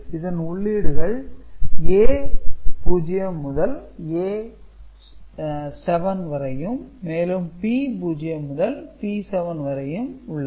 இதன் உள்ளீடுகள் A0 முதல் A 7வரையும் மேலும் B0 முதல் B7 வரையும் உள்ளது